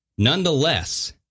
Nonetheless